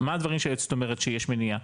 מה הדברים שהיועצת אומרת שיש מניעה?